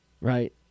Right